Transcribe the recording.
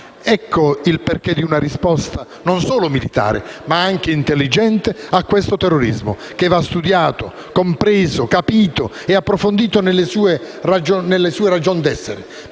Ecco il perché di una risposta, non solo militare, ma anche intelligente a questo terrorismo, che va studiato, compreso, capito e approfondito nella sua ragion d'essere,